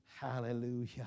Hallelujah